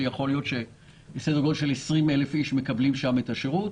שיכול להיות שסדר גודל של 20,000 איש מקבלים בה שירות.